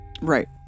Right